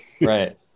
Right